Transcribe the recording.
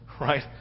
right